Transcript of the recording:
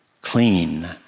clean